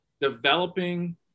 developing